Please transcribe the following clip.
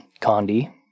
Condi